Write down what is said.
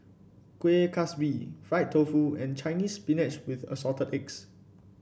Kuih Kaswi Fried Tofu and Chinese Spinach with Assorted Eggs